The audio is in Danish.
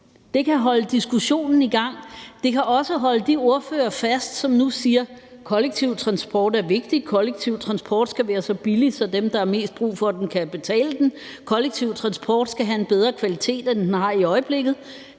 Det kan holde diskussionen i gang, det kan også holde de ordførere, som nu siger, at kollektiv transport er vigtig, at kollektiv transport skal være så billig, så dem, der har mest brug for den, kan betale den, kollektiv transport skal have en bedre kvalitet, end den har i øjeblikket,